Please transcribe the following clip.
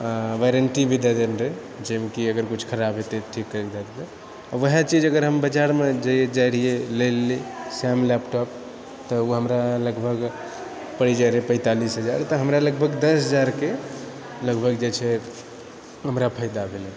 warranty भी दऽ देले रहै जइमे कि अगर किछु खराबी हेतै तऽ ठीक करि देतै वएह चीज अगर हम बजारमे जाइ रहिए लैलए सेम लैपटॉप तऽ ओ हमरा लगभग पड़ि जाइ रहै पैँतालिस हजार तऽ हमरा लगभग दस हजारके लगभग जे छै हमरा फायदा भेलै